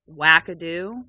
wackadoo